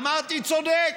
אמרתי: צודק.